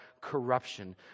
corruption